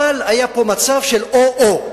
אבל היה פה מצב של או-או,